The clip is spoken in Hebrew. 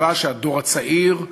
תקווה שהדור הצעיר,